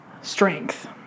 strength